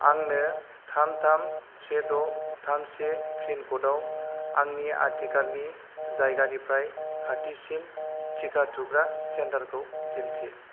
आंनो थाम थाम से द थाम से पिन क'ड आव आंनि आथिखालनि जायगानिफ्राय खाथिसिन टिका थुग्रा सेन्टारखौ दिन्थि